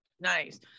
Nice